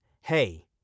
hey